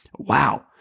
Wow